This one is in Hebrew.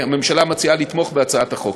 הממשלה מציעה לתמוך בהצעת החוק.